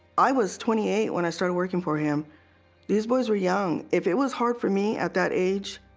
i was twenty eight when i started working for him these boys were young if it was hard for me at that age